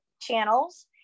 channels